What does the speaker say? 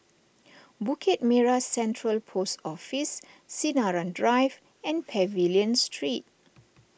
Bukit Merah Central Post Office Sinaran Drive and Pavilion Street